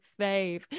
fave